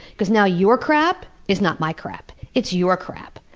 because now your crap is not my crap it's your crap,